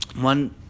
One